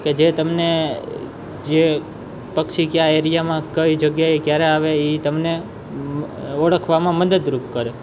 કે જે તમને જે પક્ષી કયા એરિયામાં કઈ જગ્યાએ ક્યારે આવે એ તમને ઓળખવામાં મદદરૂપ કરે